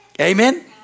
Amen